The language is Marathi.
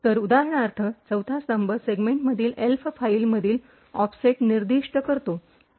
तर उदाहरणार्थ चौथा स्तंभ सेगमेंटमधील एल्फ फाइलमधील ऑफसेट निर्दिष्ट करतो